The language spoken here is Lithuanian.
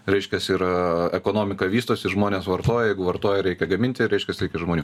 reiškias ir ekonomika vystosi žmonės vartoja jeigu vartoja reikia gaminti reiškias reikia žmonių